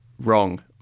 wrong